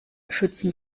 schützen